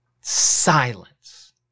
Silence